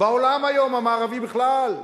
היום בעולם המערבי בכלל,